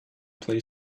play